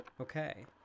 Okay